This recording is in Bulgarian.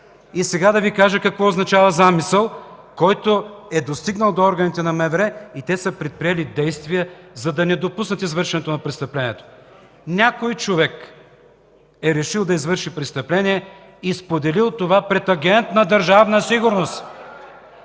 ЛБ.) Да Ви кажа какво означава „замисъл”, който е достигнал до органите на МВР, и те са предприели действия, за да не допуснат извършването на престъплението. Някой човек е решил да извърши престъпление и споделил това пред агент на Държавна сигурност.